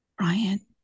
ryan